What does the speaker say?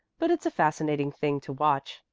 but it's a fascinating thing to watch,